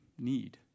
need